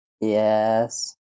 Yes